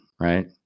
right